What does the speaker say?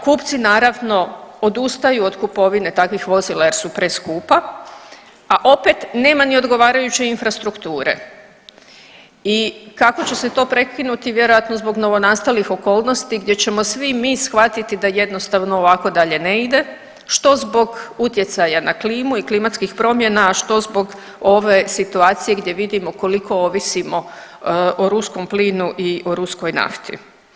Kupci naravno odustaju od kupovine takvih vozila jer su preskupa, a opet nema ni odgovarajuće infrastrukture i kako će se to prekinuti, vjerojatno zbog novonastalih okolnosti gdje ćemo svi mi shvatiti da jednostavno ovako dalje ne ide što zbog utjecaja na klimu i klimatskih promjena, a što zbog ove situacije gdje vidimo koliko ovisimo o ruskom plinu i o ruskoj nafti.